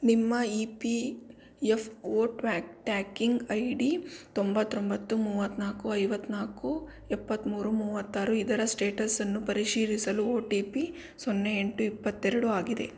ನಿಮ್ಮ E P F O tracking I D ತೊಂಬತ್ತೊಂಬತ್ತು ಮೂವತ್ತ್ನಾಲ್ಕು ಐವತ್ತ್ನಾಲ್ಕು ಎಪ್ಪತ್ತ್ಮೂರು ಮೂವತ್ತಾರು ಇದರ ಸ್ಟೇಟಸ್ಸನ್ನು ಪರಿಶೀಲಿಸಲು ಒ ಟಿ ಪಿ ಸೊನ್ನೆ ಎಂಟು ಇಪ್ಪತ್ತೆರಡು ಆಗಿದೆ